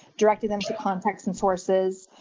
directing them to contacts and sources,